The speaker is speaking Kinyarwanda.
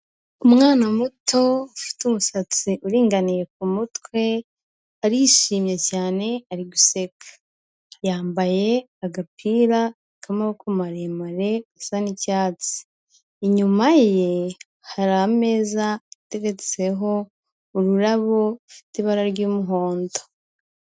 Umwana muto ufite umusatsi uringaniye ku mutwe, arishimye cyane ari guseke, yambaye agapira k'amaboko maremare gasa n'icyatsi, inyuma ye hari ameza ateretseho ururabo rufite ibara ry'umuhondo.